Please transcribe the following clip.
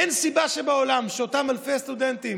אין סיבה בעולם שלאותם אלפי סטודנטים,